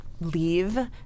leave